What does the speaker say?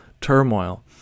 turmoil